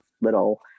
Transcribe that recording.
little